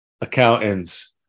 accountants